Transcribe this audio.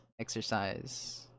exercise